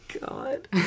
God